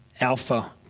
Alpha